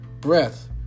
breath